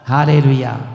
Hallelujah